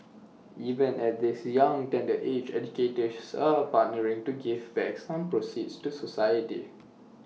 even at this young tender age educators are partnering to give back some proceeds to society